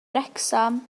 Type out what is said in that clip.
wrecsam